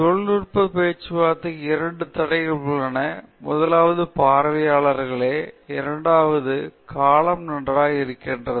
ஒரு தொழில்நுட்ப பேச்சுவார்த்தைக்கு இரண்டு தடைகள் உள்ளன முதலாவது பார்வையாளர்களே இரண்டாவதாக காலம் நன்றாக இருக்கிறது